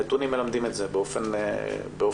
הנתונים מלמדים את זה באופן ברור,